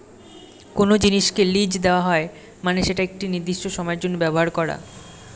কোনো জিনিসকে লীজ দেওয়া হচ্ছে মানে সেটাকে একটি নির্দিষ্ট সময়ের জন্য ব্যবহার করা